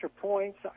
points